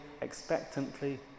expectantly